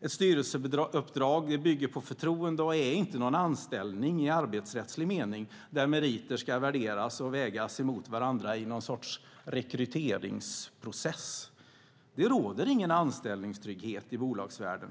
Ett styrelseuppdrag bygger på förtroende och är inte någon anställning i arbetsrättslig mening, där meriter ska värderas och vägas mot varandra i någon sorts rekryteringsprocess. Det råder ingen anställningstrygghet i bolagsvärlden.